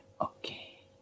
okay